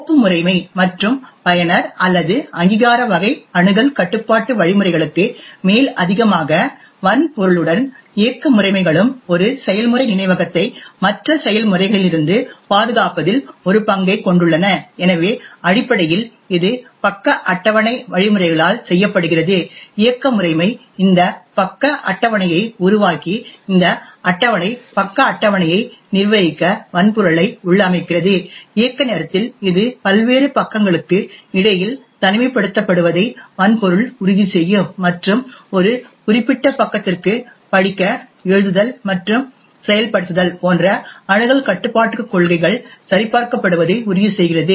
கோப்பு முறைமை மற்றும் பயனர் அல்லது அங்கீகார வகை அணுகல் கட்டுப்பாட்டு வழிமுறைகளுக்கு மேலதிகமாக வன்பொருளுடன் இயக்க முறைமைகளும் ஒரு செயல்முறை நினைவகத்தை மற்ற செயல்முறைகளிலிருந்து பாதுகாப்பதில் ஒரு பங்கைக் கொண்டுள்ளன எனவே அடிப்படையில் இது பக்க அட்டவணை வழிமுறைகளால் செய்யப்படுகிறது இயக்க முறைமை இந்த பக்க அட்டவணையை உருவாக்கி இந்த அட்டவணை பக்க அட்டவணையை நிர்வகிக்க வன்பொருளை உள்ளமைக்கிறது இயக்க நேரத்தில் இது பல்வேறு பக்கங்களுக்கு இடையில் தனிமைப்படுத்தப்படுவதை வன்பொருள் உறுதிசெய்யும் மற்றும் ஒரு குறிப்பிட்ட பக்கத்திற்கு படிக்க எழுதுதல் மற்றும் செயல்படுத்துதல் போன்ற அணுகல் கட்டுப்பாட்டுக் கொள்கைகள் சரிபார்க்கப்படுவதை உறுதி செய்கிறது